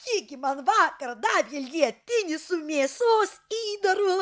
ji gi man vakar davė lietinį su mėsos įdaru